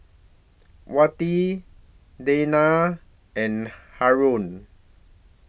Wati Dayna and Haron